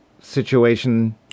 situation